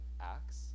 acts